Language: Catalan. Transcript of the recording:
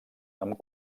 amb